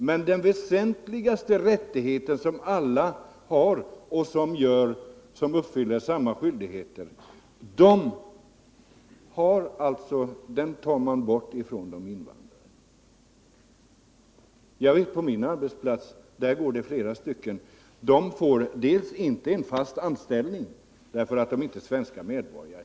Men den väsentligaste rättighet som alla som fullgör samma skyldigheter har — den tar man alltså bort ifrån invandrarna. På min arbetsplats finns det flera invandrare som inte får fast anställning därför att de inte är svenska medborgare.